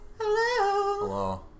Hello